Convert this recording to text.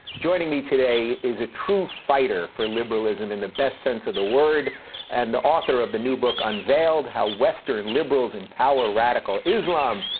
joining me today is a true fighter for liberalism in the best sense of the word and the author of the new book unveiled how western liberals empower radical islam.